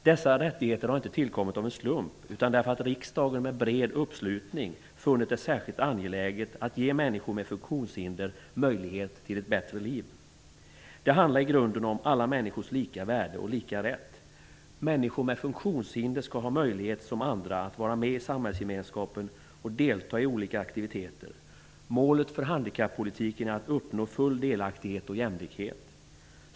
Dessa rättigheter har inte tillkommit av en slump, utan därför att riksdagen med bred uppslutning funnit det särskilt angeläget att ge människor med funktionshinder möjlighet till ett bättre liv. Det handlar i grunden om alla människors lika värde och lika rätt. Människor med funktionshinder skall ha möjlighet att som andra vara med i samhällsgemenskapen och delta i olika aktiviteter. Målet för handikappolitiken är att uppnå full delaktighet och jämlikhet.